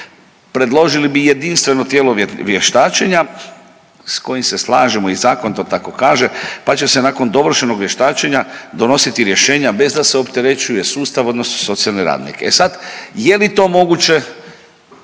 Predložili bi jedinstveno tijelo vještačenja, s kojim se slažemo, i Zakon to tako kaže, pa će se nakon dovršenog vještačenja donositi rješenja bez da se opterećuje sustav, odnosno socijalni radnik. E sad, je li to moguće?